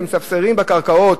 שמספסרים בקרקעות.